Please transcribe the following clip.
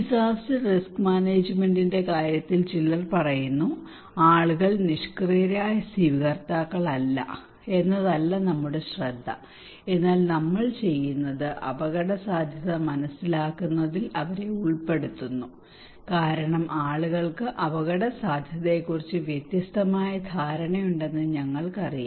disaster risk മാനേജ്മെന്റിന്റെ കാര്യത്തിൽ ചിലർ പറയുന്നു ആളുകൾ നിഷ്ക്രിയരായ സ്വീകർത്താക്കൾ അല്ല എന്നതല്ല ഞങ്ങളുടെ ശ്രദ്ധ എന്നാൽ നമ്മൾ ചെയ്യുന്നത് അപകടസാധ്യത മനസ്സിലാക്കുന്നതിൽ അവരെ ഉൾപ്പെടുത്തുന്നു കാരണം ആളുകൾക്ക് അപകടസാധ്യതയെക്കുറിച്ച് വ്യത്യസ്തമായ ധാരണയുണ്ടെന്ന് ഞങ്ങൾക്കറിയാം